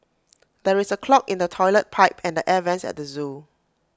there is A clog in the Toilet Pipe and the air Vents at the Zoo